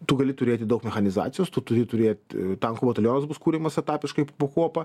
tu gali turėti daug mechanizacijos tu turi turėti tankų batalionas bus kuriamas etepiškai po kuopą